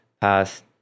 passed